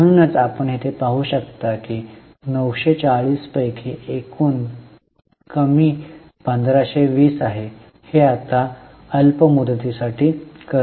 म्हणूनच आपण येथे पाहू शकता की 940 पैकी एकूण कमी 1520 आहे हे आता अल्प मुदतीसाठी कर्ज आहे